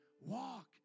Walk